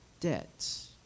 debts